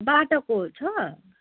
बाटाको छ